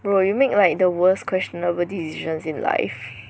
bro you make like the worst questionable decisions in life